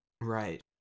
Right